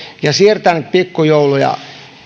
ja siirtää niitä pikkujouluja